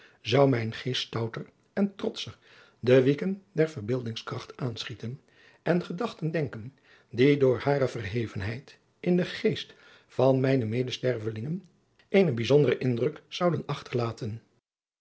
zou mijn geest stouter en trotscher de wieken der verbeeldings kracht aanschieten en gedachten denken die door hare verhevenheid in den geest van mijne medestervelingen eenen bijzonderen indruk zouden achterlaten